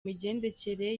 migendekere